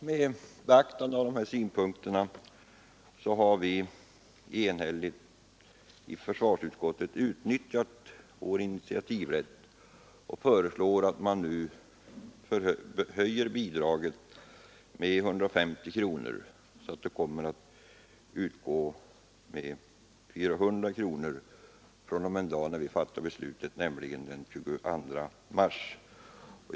Med beaktande av dessa synpunkter har försvarsutskottet enhälligt utnyttjat sin initiativrätt och föreslår att bidraget höjs med 150 kronor så att det kommer att utgå med 400 kronor från den dag utskottet fattade beslutet, nämligen den 22 mars. Herr talman!